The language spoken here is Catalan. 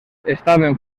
estaven